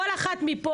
כל אחת מפה,